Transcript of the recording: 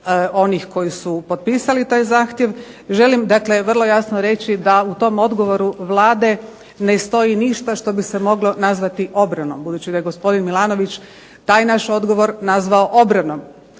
onih koji su potpisali taj zahtjev. Želim dakle vrlo jasno reći da u tom odgovoru Vlade ne stoji ništa što bi se moglo nazvati obranom. Budući da je gospodin Milanović taj naš odgovor nazvao obranom.